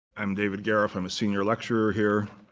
i'm david gariff. i'm a senior lecturer here.